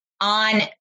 on